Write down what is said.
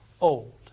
old